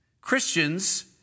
Christians